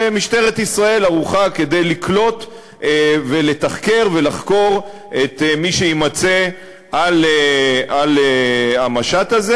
ומשטרת ישראל ערוכה לקלוט ולתחקר ולחקור את מי שיימצא במשט הזה.